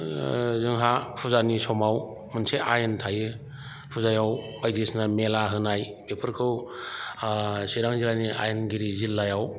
जोंहा फुजानि समाव मोनसे आइन थायो फुजायाव बायदिसिना मेला होनाय बेफोरखौ चिरां जिल्लानि आइनगिरि जिल्लायाव